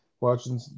watching